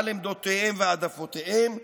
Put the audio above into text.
על עמדותיהם והעדפותיהם,